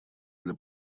для